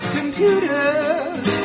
computers